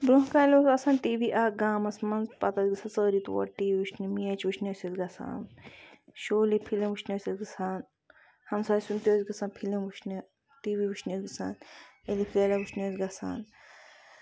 برونہہ کالہِ اوس آسان ٹی وی اکھ گامَس منٛز پَتہٕ ٲسۍ گژھان سٲری تور ٹی وی وٕچھنہِ میچ وٕچھنہِ ٲسۍ أسۍ گژھان شولے فِلِم وٕچھنہِ ٲسۍ أسۍ گژھان ہَمساے سُند تہِ ٲسۍ گژھان فِلِم وٕچھنہِ ٹی وی وٕچھنہِ ٲسۍ گژھان وٕچھنہِ ٲسۍ گژھان